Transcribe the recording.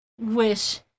wish